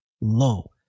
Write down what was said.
low